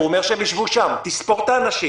שייפתח חלון של 24 שעות לחבר כנסת מהסיעה של יש עתיד,